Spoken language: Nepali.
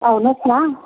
आउनुहोस् न